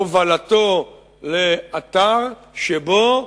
הובלתו לאתר שבו,